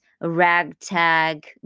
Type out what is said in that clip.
ragtag